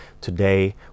Today